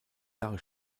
jahre